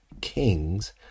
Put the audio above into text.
kings